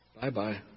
Bye-bye